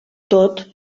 tot